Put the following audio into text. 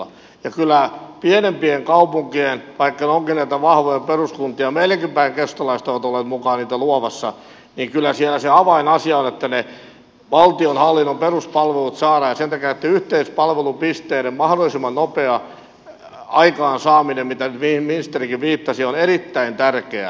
kyllä pienemmissäkin kaupungeissa vaikka ne ovatkin näitä vahvoja peruskuntia meilläkin päin keskustalaiset ovat olleet mukana niitä luomassa se avainasia on että ne valtionhallinnon peruspalvelut saadaan ja sen takia näitten yhteispalvelupisteiden mahdollisimman nopea aikaansaaminen mihin ministerikin viittasi on erittäin tärkeää